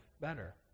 better